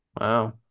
Wow